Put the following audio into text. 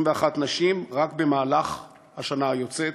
21 נשים רק במהלך השנה היוצאת,